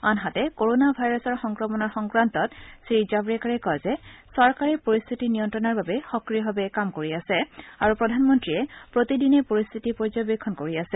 আনহাতে ক'ৰোনা ভাইৰাছৰ সংক্ৰমণৰ সংক্ৰান্তত শ্ৰীজাৱড়েকাৰে কয় যে চৰকাৰে পৰিস্থিতি নিয়ন্ত্ৰণৰ বাবে সক্ৰিয়ভাৱে কাম কৰি আছে আৰু প্ৰধানমন্ত্ৰীয়ে প্ৰতিদিনেই পৰিস্থিতি পৰ্য্যবেক্ষণ কৰি আছে